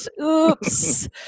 Oops